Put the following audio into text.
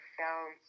found